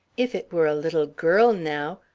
if it were a little girl now.